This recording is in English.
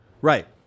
Right